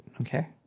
okay